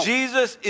Jesus